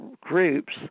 groups